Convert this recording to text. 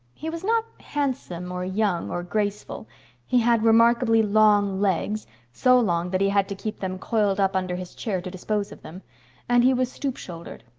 he was not handsome or young or graceful he had remarkably long legs so long that he had to keep them coiled up under his chair to dispose of them and he was stoop-shouldered.